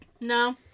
No